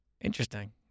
Interesting